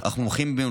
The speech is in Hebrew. חיים פרי,